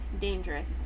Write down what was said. dangerous